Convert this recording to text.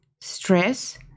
Stress